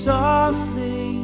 softly